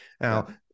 now